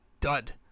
dud